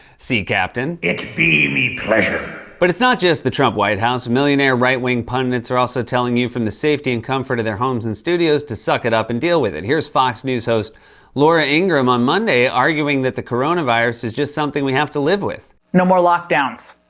sea captain. it be me pleasure. but it's not just the trump white house. millionaire right-wing pundits are also telling you, from the safety and comfort of their homes and studios, to suck it up and deal with it. here's fox news host laura ingraham on monday, arguing that the coronavirus is just something we have to live with. no more lockdowns.